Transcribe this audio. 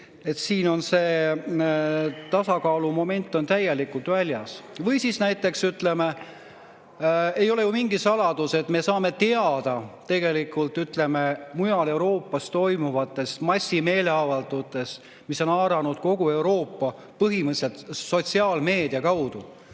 siin on see tasakaalumoment täielikult väljas. Või siis näiteks ei ole ju mingi saladus, et me saame teada mujal Euroopas toimuvatest massimeeleavaldustest, mis on haaranud kogu Euroopa, põhimõtteliselt sotsiaalmeedia kaudu.